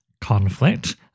conflict